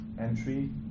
entry